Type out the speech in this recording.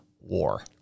war